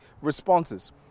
responses